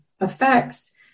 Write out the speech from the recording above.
effects